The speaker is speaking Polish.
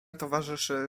towarzyszy